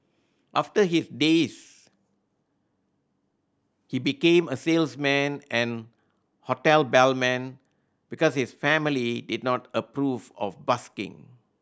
after his days he became a salesman and hotel bellman because his family did not approve of busking